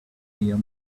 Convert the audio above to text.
your